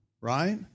right